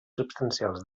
substancials